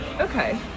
Okay